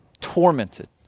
tormented